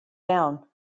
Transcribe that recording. down